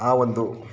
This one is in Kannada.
ಆ ಒಂದು